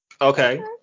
Okay